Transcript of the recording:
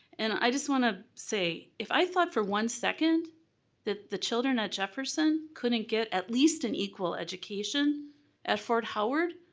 and i just want to say if i thought for one second that the children at jefferson couldn't get at least an equal education at fort howard,